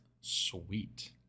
sweet